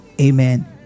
amen